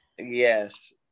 Yes